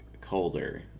colder